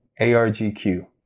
ARGQ